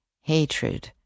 hatred